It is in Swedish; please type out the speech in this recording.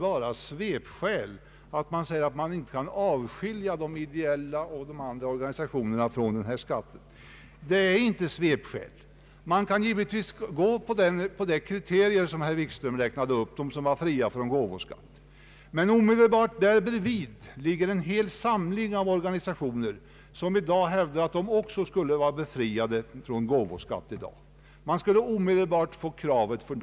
Herr Wikström och flera har sagt att uttalandet att vi inte kan avskilja de ideella och andra organisationerna när det gäller arbetsgivaravgiften måste vara svepskäl. Det är inte svepskäl. Vi kan utgå från de kriterier som herr Wikström räknade upp när det gäller befrielse från gåvoskatt. Men omedelbart bredvid dessa ligger en samling organisationer som i dag hävdar att de också skulle vara befriade från gåvoskatt. De skulle omedelbart komma med detta krav.